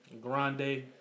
grande